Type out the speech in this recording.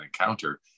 encounter